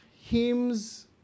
hymns